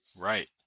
Right